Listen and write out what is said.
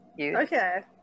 Okay